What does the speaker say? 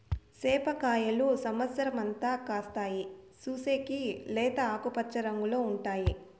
సేప కాయలు సమత్సరం అంతా కాస్తాయి, చూసేకి లేత ఆకుపచ్చ రంగులో ఉంటాయి